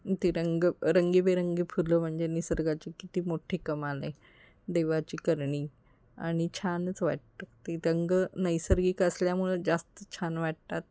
ते रंग रंगीबेरंगी फुलं म्हणजे निसर्गाची किती मोठ्ठी कमाल आहे देवाची करणी आणि छानच वाटतं ते रंग नैसर्गिक असल्यामुळं जास्त छान वाटतात